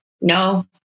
No